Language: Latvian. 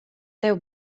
tevi